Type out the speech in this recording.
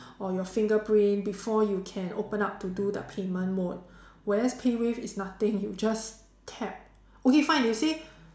or your fingerprint before you can open up to do the payment mode whereas PayWave it's nothing you just tap okay fine you say